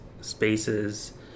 spaces